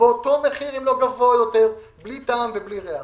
באותו מחיר, אם לא גבוה יותר, בלי טעם ובלי ריח.